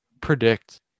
predict